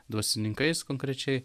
dvasininkais konkrečiai